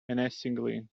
menacingly